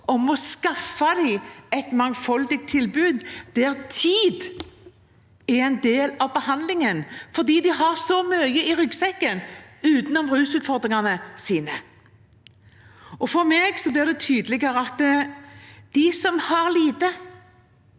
om å skaffe dem et mangfoldig tilbud der tid er en del av behandlingen, fordi de har mye i ryggsekken utenom rusutfordringene sine. For meg blir det tydeligere at de som har lite,